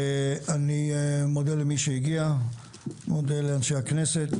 אני מודה למי שהגיע; מודה לאנשי הכנסת,